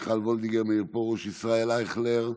מיכל וולדיגר, מאיר פרוש, ישראל אייכלר,